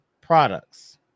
products